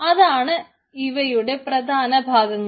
അതാണ് ഇവയുടെ പ്രധാന ഭാഗങ്ങൾ